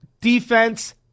defense